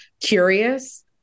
curious